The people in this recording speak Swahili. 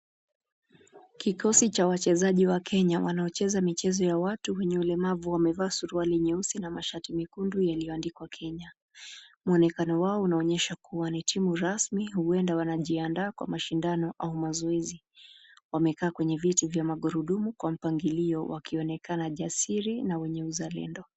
Kikosi cha wachezaji wa kenya, wanaocheza michezo ya watu walio walemavu, wamevaa suruali nyeusi na mashati mekundu yaliyoandikwa Kenya, mwonekano wao inaonyesha ni timu rasmi, huenda wanajiandaa kwa mashindano au mazoezi, wamekaa kwenye viti vya magurudumu kwa moangilio wakionekana jasiri na wenye uzalendo.